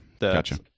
Gotcha